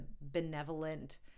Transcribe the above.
benevolent